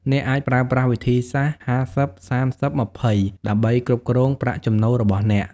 អ្នកអាចប្រើប្រាស់វិធីសាស្ត្រ ៥០/៣០/២០ ដើម្បីគ្រប់គ្រងប្រាក់ចំណូលរបស់អ្នក។